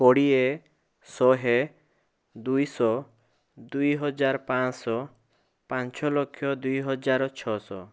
କୋଡ଼ିଏ ଶହେ ଦୁଇଶହ ଦୁଇହଜାର ପାଞ୍ଚଶହ ପାଞ୍ଚଲକ୍ଷ ଦୁଇହଜାର ଛଅଶହ